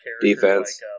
Defense